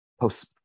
post